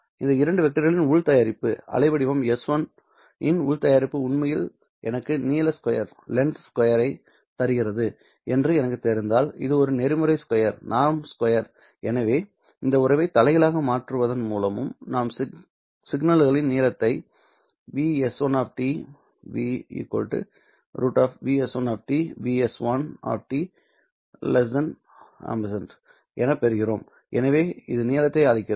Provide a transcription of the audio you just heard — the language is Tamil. இந்த இரண்டு வெக்டர்களின் உள் தயாரிப்பு அலைவடிவம் s1 இன் உள் தயாரிப்பு உண்மையில் எனக்கு நீள ஸ்கொயர் ஐ தருகிறது என்று எனக்குத் தெரிந்தால் இது ஒரு நெறிமுறை ஸ்கொயர் எனவே இந்த உறவைத் தலைகீழாக மாற்றுவதன் மூலம் நான் சிக்னலின் நீளத்தை ¿Vs1 ∨¿√¿ s1 ∨s1 ¿¿ எனப் பெறுகிறேன்எனவே இது நீளத்தை அளிக்கிறது